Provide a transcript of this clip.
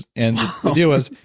and the deal was,